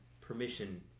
permission